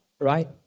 right